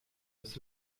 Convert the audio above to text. des